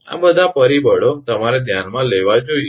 આ બધા પરિબળો તમારે ધ્યાનમાં લેવા જોઈએ